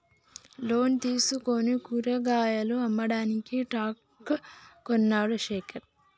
loan తీసుకుని కూరగాయలు అమ్మడానికి ట్రక్ కొన్నడు శేఖర్